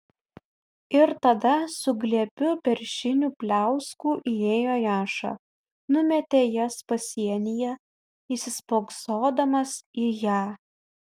ir tada su glėbiu beržinių pliauskų įėjo jaša numetė jas pasienyje įsispoksodamas į ją